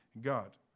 God